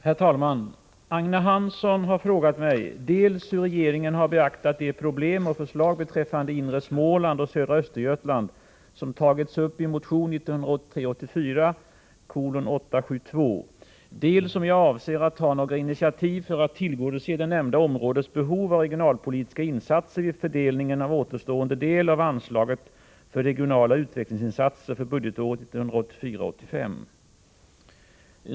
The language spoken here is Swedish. Herr talman! Agne Hansson har frågat mig dels hur regeringen har beaktat de problem och förslag beträffande inre Småland och södra Östergötland som tagits upp i motion 1983 85.